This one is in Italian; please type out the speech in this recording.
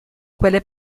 quelle